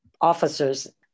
officers